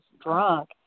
drunk